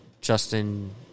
Justin